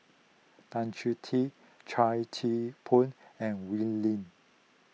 Tan Choh Tee Chua Thian Poh and Wee Lin